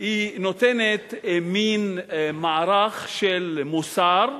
היא נותנת מין מערך של מוסר,